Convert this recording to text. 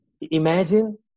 Imagine